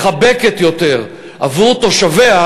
מחבקת יותר עבור תושביה,